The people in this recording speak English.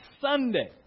Sunday